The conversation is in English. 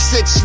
Six